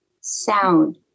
Sound